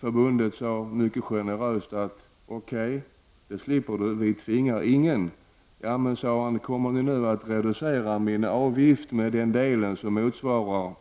Från förbundet sade man mycket generöst: Okej, du slipper. Vi tvingar ingen. Då frågade den här personen: Kommer ni att reducera min avgift i motsvarande